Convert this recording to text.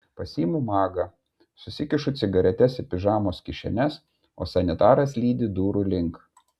pasiimu magą susikišu cigaretes į pižamos kišenes o sanitaras lydi durų link